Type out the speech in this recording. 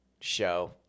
show